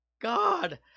god